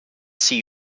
see